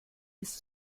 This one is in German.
ist